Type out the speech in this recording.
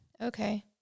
Okay